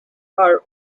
are